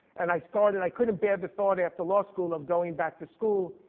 and i started, i couldn't bear the thought after law school of going back to school.